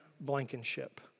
Blankenship